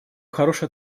хорошей